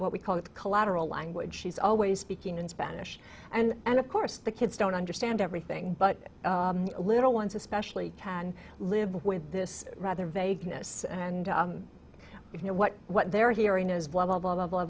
what we call collateral language she's always speaking in spanish and of course the kids don't understand everything but a little ones especially can live with this rather vagueness and you know what what they're hearing is blah blah blah blah